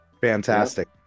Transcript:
fantastic